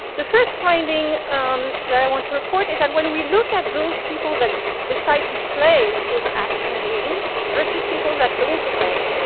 the first finding um that i want to report is that and when we look at those people that decide to play those action games versus people that don't play,